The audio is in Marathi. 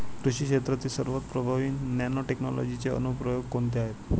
कृषी क्षेत्रातील सर्वात प्रभावी नॅनोटेक्नॉलॉजीचे अनुप्रयोग कोणते आहेत?